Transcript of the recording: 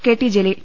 K T Jaleel